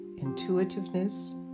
intuitiveness